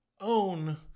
own